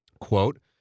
Quote